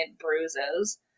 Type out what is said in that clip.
bruises